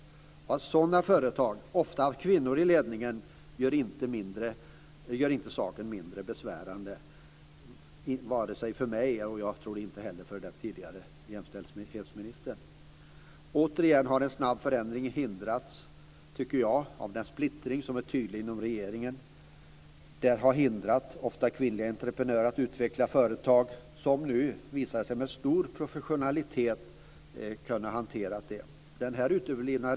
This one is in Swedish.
Att sådana företag ofta har kvinnor i ledningen gör inte saken mindre besvärande, vare sig för mig eller, tror jag, för den tidigare jämställdhetsministern. Återigen har en snabb förändring hindrats, tycker jag, av den splittring som är tydlig inom regeringen. Den har ofta hindrat kvinnliga entreprenörer att utveckla företag som det nu visar sig att de har kunnat hantera med stor professionalitet.